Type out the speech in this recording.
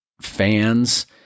fans